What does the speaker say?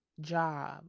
job